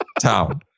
town